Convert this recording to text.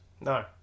No